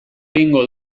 egingo